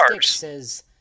says